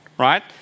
Right